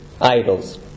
idols